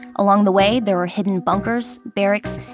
along the way, there were hidden bunkers, barracks,